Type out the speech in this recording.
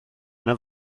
yna